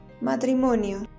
Matrimonio